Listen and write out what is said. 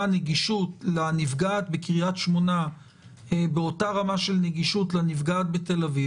נגישות לנפגעת בקריית שמונה באותה רמה של נגישות לנפגעת בתל אביב,